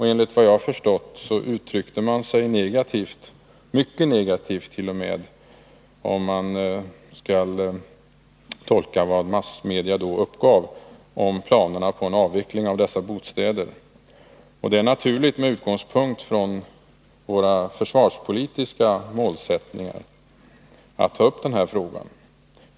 Enligt min tolkning av vad massmedia då uppgav uttryckte man sig då mycket negativt om planerna på en avveckling av dessa bostäder. Det är naturligt med utgångspunkt i våra försvarspolitiska målsättningar att man tar upp denna fråga.